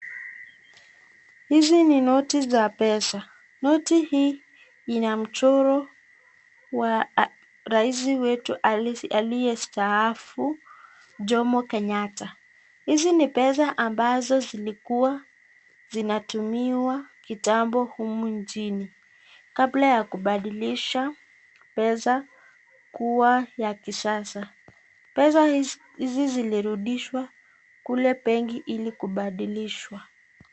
Hizi ni noti za pesa. Noti hii ina mchoro wa rais wetu aliyestaafu, Jomo Kenyatta. Hizi ni pesa ambazo zilikuwa zinatumiwa kitambo humu nchini kabla ya kubadilisha pesa kuwa ya kisasa. Pesa hizi zilirudishwa kule benki ili kubadilishwa.